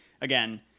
Again